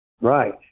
Right